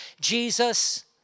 Jesus